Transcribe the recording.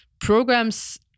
programs